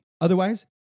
Otherwise